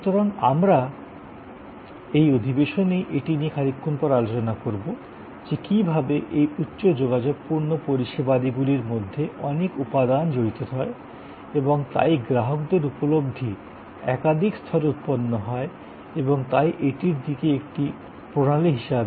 সুতরাং আমরা এই সেশনেই এটি নিয়েই খানিকক্ষণ পর আলোচনা করব যে কীভাবে এই উচ্চ যোগাযোগপূর্ণ পরিষেবাদিগুলির মধ্যে অনেক উপাদান জড়িত রয়ে এবং তাই গ্রাহকদের উপলব্ধি একাধিক স্তরে উৎপন্ন হয় এবং তাই এটির দিকে একটি প্রণালী হিসাবে দেখতে হবে